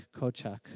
Kochak